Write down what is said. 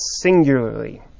singularly